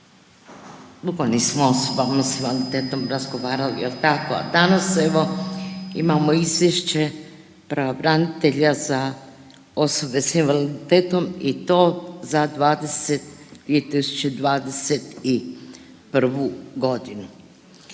dugo nismo osobe s invaliditetom razgovarali jel tako. A danas evo imamo izvješće pravobranitelja za osobe s invaliditetom i to za 2021.g..